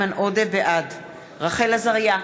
בעד רחל עזריה,